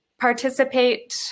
participate